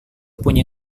punya